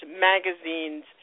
magazines